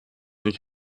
nicht